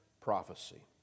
prophecy